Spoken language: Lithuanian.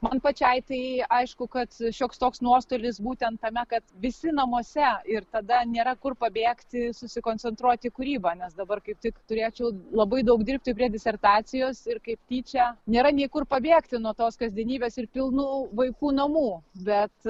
man pačiai tai aišku kad šioks toks nuostolis būtent tame kad visi namuose ir tada nėra kur pabėgti susikoncentruoti į kūrybą nes dabar kaip tik turėčiau labai daug dirbti prie disertacijos ir kaip tyčia nėra nei kur pabėgti nuo tos kasdienybės ir pilnų vaikų namų bet